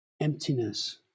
emptiness